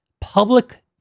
public